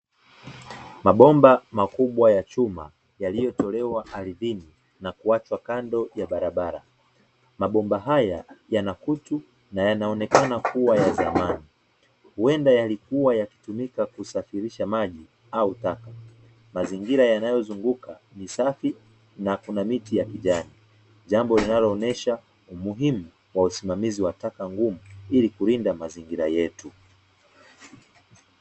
Mabomba makubwa ya chuma yaliyotolewa ardhini na kuachwa kando ya barabara mabomba haya yanakutu na yanaonekana kuwa ya zamani, wenda yalikuwa yakitumika kusafirisha maji au taka mazingira yanayozunguka ni safi na kuna miti ya kijani, jambo linaloonesha umuhimu wa usimamizi wa taka ngumu ili kulinda mazingira yetu.